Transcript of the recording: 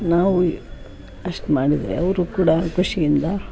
ನಾವು ಅಷ್ಟು ಮಾಡಿದರೆ ಅವರೂ ಕೂಡ ಖುಷಿಯಿಂದ